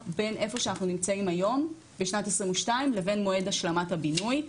בין איפה שאנחנו נמצאים היום בשנת 2022 לבין מועד השלמת הבינוי.